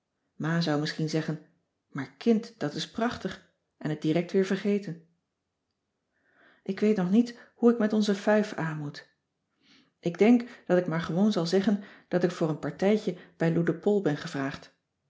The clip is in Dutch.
ma zou misschien zeggen maar kind dat is prachtig en het direct weer vergeten ik weet nog niet hoe ik met onze fuif aanmoet ik denk dat ik maar gewoon zal zeggen dat ik voor een partijtje bij lou de poll ben gevraagd